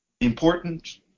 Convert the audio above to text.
important